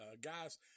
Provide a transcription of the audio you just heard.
guys